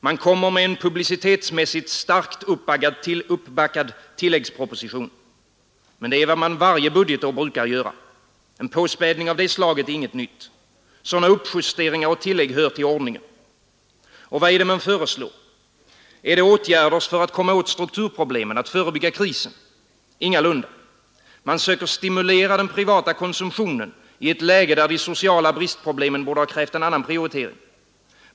Man kommer med en publicitetsmässigt starkt uppbackad tilläggsproposition. Men det är vad man varje budgetår brukar göra. En påspädning av det slaget är inget nytt. Sådana uppjusteringar och tillägg hör till ordningen. Och vad är det man föreslår? Är det åtgärder för att komma åt strukturproblemen, att förebygga krisen? Ingalunda. Man söker stimulera den privata konsumtionen i ett läge där de sociala bristproblemen borde ha krävt en annan prioritering.